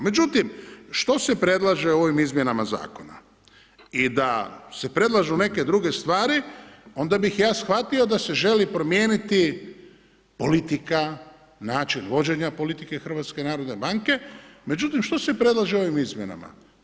Međutim, što se predlaže u ovim izmjenama zakona? i da se predlažu neke druge stvari onda bih ja shvatio da se želi promijeniti politika, način vođenja politike HNB-a, međutim što se predlaže ovim izmjenama?